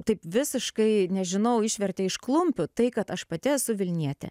taip visiškai nežinau išvertė iš klumpių tai kad aš pati esu vilnietė